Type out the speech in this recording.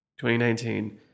2019